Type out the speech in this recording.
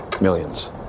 Millions